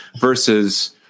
versus